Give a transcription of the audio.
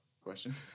question